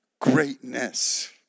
greatness